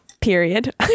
period